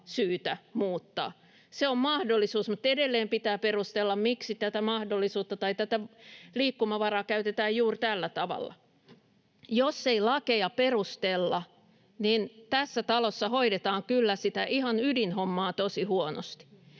syytä muuttaa. Se on mahdollisuus, mutta edelleen pitää perustella, miksi tätä mahdollisuutta tai tätä liikkumavaraa käytetään juuri tällä tavalla. Jos ei lakeja perustella, niin tässä talossa hoidetaan kyllä sitä ihan ydinhommaa tosi huonosti.